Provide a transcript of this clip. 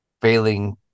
failing